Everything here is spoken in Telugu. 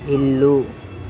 ఇల్లు